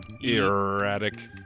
Erratic